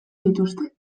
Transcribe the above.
dituzte